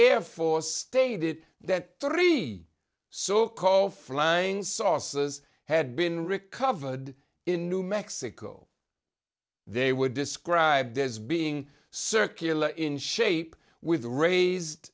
air force stated that three so called flying saucers had been recovered in new mexico they were described as being circular in shape with raised